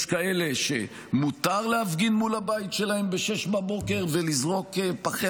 יש כאלה שמותר להפגין מול הבית שלהם ב-06:00 ולזרוק פחי